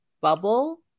bubble